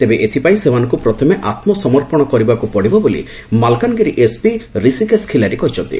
ତେବେ ଏଥିପାଇଁ ସେମାନଙ୍କୁ ପ୍ରଥମେ ଆତୁସମର୍ପଣ କରିବାକ ପଡିବ ବୋଲି ମାଲକାନଗିରି ଏସ୍ପି ଋଷିକେଶ ଖିଲାରୀ କହିଛନ୍ତି